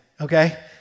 okay